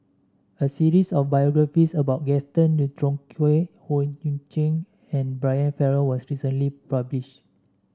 a series of biographies about Gaston Dutronquoy Howe Yoon Chong and Brian Farrell was recently publish